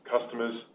customers